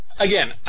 Again